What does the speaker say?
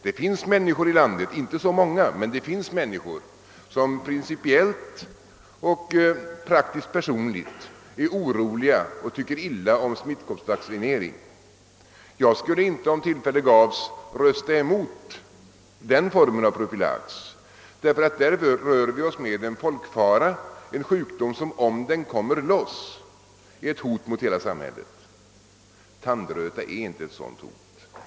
Det finns människor i landet — de är inte så många — som principiellt och praktiskt-personligt är oro liga för och tycker illa om smittkoppsvaccinering. Jag skulle inte, om tillfälle därtill gavs, rösta emot den formen av profylax, eftersom vi där har att göra med en sjukdom som, om den kommer loss, utgör ett hot mot hela samhället. Tandröta är inte ett sådant hot.